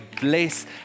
bless